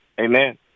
amen